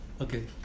Okay